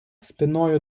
спиною